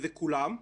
וזה כולם.